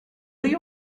you